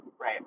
Right